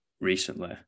recently